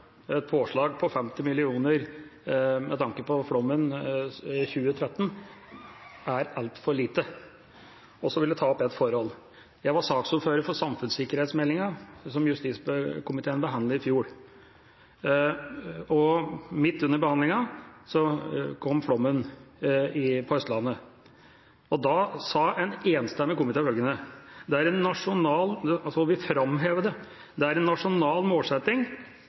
et påslag på 50 mill. kr er altfor lite. Så vil jeg ta opp et forhold: Jeg var saksordfører for samfunnssikkerhetsmeldingen som justiskomiteen behandlet i fjor. Midt under behandlinga kom flommen på Østlandet. Da framhevet en enstemmig komité at «det er en nasjonal